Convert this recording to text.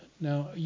Now